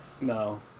No